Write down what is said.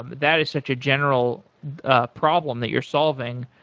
um that is such a general ah problem that you're solving.